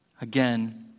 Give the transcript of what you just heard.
Again